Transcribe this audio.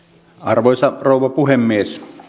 arvoisa rouva puhemies